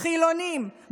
חילונים,